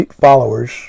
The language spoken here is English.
followers